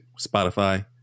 Spotify